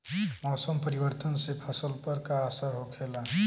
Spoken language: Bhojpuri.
मौसम परिवर्तन से फसल पर का असर होखेला?